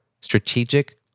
strategic